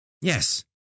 Yes